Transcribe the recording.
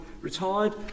retired